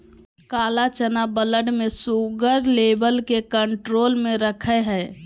काला चना ब्लड में शुगर लेवल के कंट्रोल में रखैय हइ